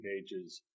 pages